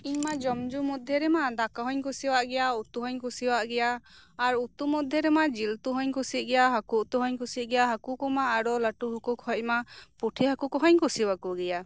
ᱤᱧ ᱢᱟ ᱡᱚᱢ ᱧᱩ ᱢᱚᱫᱽᱫᱷᱮ ᱨᱮᱢᱟ ᱫᱟᱠᱟ ᱦᱚᱸᱧ ᱠᱩᱥᱤᱣᱟᱜ ᱜᱮᱭᱟ ᱩᱛᱩ ᱦᱚᱸᱧ ᱠᱩᱥᱤᱣᱟᱜ ᱜᱮᱭᱟ ᱟᱨ ᱩᱛᱩ ᱢᱚᱫᱽᱫᱷᱮ ᱨᱮᱢᱟ ᱡᱮᱹᱞ ᱩᱛᱩ ᱦᱚᱸᱧ ᱠᱩᱥᱤᱭᱟᱜ ᱜᱮᱭᱟ ᱦᱟᱠᱳ ᱩᱛᱩ ᱦᱚᱸᱧ ᱠᱩᱥᱤᱭᱟᱜ ᱜᱮᱭᱟ ᱦᱟᱠᱳ ᱠᱚᱢᱟ ᱟᱨᱦᱚᱸ ᱞᱟᱴᱩ ᱦᱟᱠᱳ ᱠᱷᱚᱡᱽ ᱢᱟ ᱯᱩᱴᱷᱤ ᱦᱟᱠᱩ ᱠᱚᱦᱚᱧ ᱠᱩᱥᱤᱭᱟᱠᱚ ᱠᱚ ᱜᱮᱭᱟ